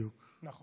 בדיוק.